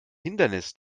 hindernis